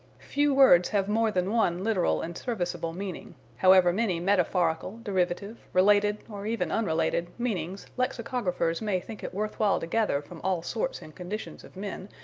few words have more than one literal and serviceable meaning, however many metaphorical, derivative, related, or even unrelated, meanings lexicographers may think it worth while to gather from all sorts and conditions of men,